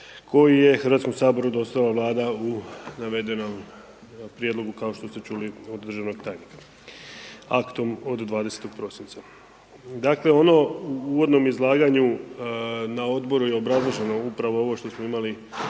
koji je HS-u dostavila Vlada u navedenom prijedlogu, kao što ste čuli od državnog tajnika. Aktom od 20. prosinca. Dakle, ono u uvodnom izlaganju, na odboru je obrazloženo upravo ovo što smo imali i